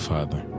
Father